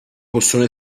possono